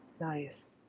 Nice